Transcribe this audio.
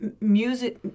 music